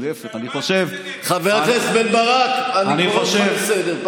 להפך, אני חושב, ומה שאני אגיד לך,